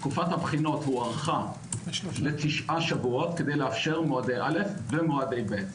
תקופת הבחינות הוארכה לתשעה שבועות כדי לאפשר מועדי א' ומועדי ב'.